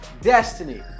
destiny